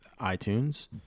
iTunes